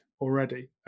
already